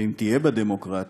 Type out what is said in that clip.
ואם תהיה בה דמוקרטיה,